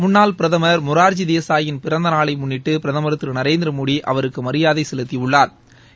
முன்னாள் பிரதமர் மொரார்ஜி தேசாயின் பிறந்த நாளை முன்னிட்டு பிரதமர் திரு நரேந்திரமோடி அவருக்கு மரியாதை செலுத்தியுள்ளாா்